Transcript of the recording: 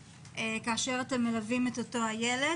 כאשר אתם מלווים אותו ילד.